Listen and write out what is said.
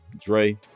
dre